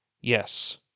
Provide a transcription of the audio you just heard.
yes